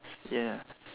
yes